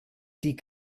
die